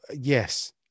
yes